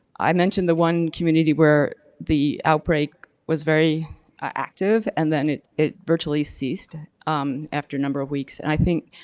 i mentioned the one community where the outbreak was very active and then it it virtually ceased um after a number of weeks. and i think,